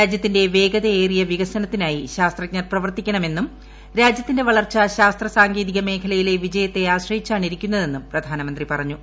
രാജ്യത്തിന്റെ വേഗതയേറിയ പ്രവർത്തിക്കണമെന്നും രാജ്യത്തിന്റെ വളർച്ച ശാസ്ത്ര സാങ്കേതിക മേഖലയിലെ വിജയത്തെ ആശ്രയിച്ചാണിരിക്കുന്നതെന്നും പ്രധാനമന്ത്രി പറഞ്ഞു